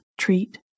treat